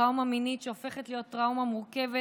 טראומה מינית שהופכת להיות טראומה מורכבת,